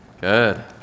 Good